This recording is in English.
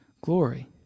glory